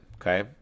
okay